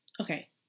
Okay